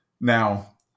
Now